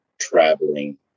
traveling